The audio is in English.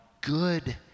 good